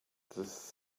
this